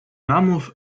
mammoth